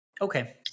Okay